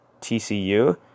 TCU